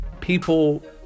people